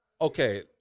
okay